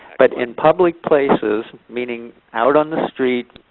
but in public places, meaning out on the street,